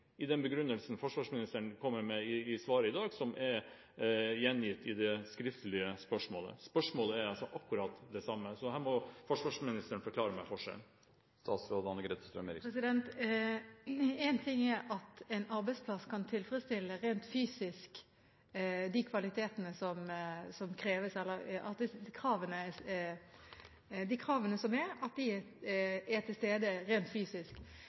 i den begrunnelsen forsvarsministeren kommer med i svaret i dag, som er gjengitt i det skriftlige spørsmålet. Spørsmålet er akkurat det samme. Her må forsvarsministeren forklare meg forskjellen. Én ting er at en arbeidsplass rent fysisk kan tilfredsstille de kvalitetene som kreves, eller at de kravene som er, er til stede rent fysisk.